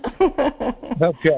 Okay